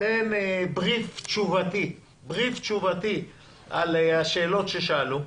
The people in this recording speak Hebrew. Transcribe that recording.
תן "בריף" תשובתי על השאלות ששאלו,